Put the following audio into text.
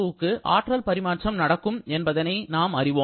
வுக்கு ஆற்றல் பரிமாற்றம் நடக்கும் என்பதை நாம் அறிவோம்